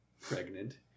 pregnant